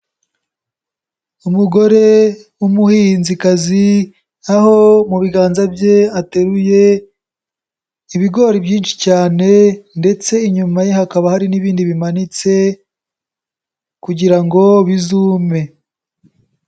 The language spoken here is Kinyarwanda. Umugore w'umuhinzikazi aho mu biganza bye ateruye ibigori byinshi cyane ndetse inyuma ye hakaba hari n'ibindi bimanitse kugira ngo bizume.